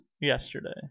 yesterday